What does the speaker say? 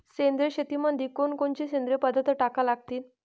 सेंद्रिय शेतीमंदी कोनकोनचे सेंद्रिय पदार्थ टाका लागतीन?